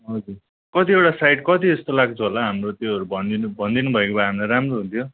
हजुर कतिवटा साइट कति जस्तो लाग्छ होला हाम्रो त्योहरू भनिदिनु भनिदिनु भएको भए हामीलाई राम्रो हुन्थ्यो